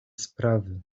sprawy